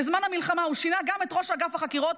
בזמן המלחמה הוא שינה גם ראש אגף החקירות,